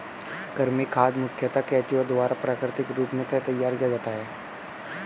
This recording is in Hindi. कृमि खाद मुखयतः केंचुआ द्वारा प्राकृतिक रूप से तैयार किया जाता है